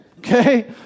Okay